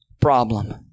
problem